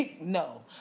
No